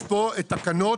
יש פה את התקנות,